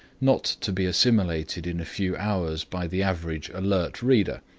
not to be assimilated in a few hours by the average alert reader.